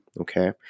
Okay